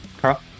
Carl